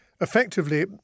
effectively